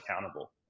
accountable